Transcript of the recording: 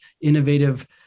innovative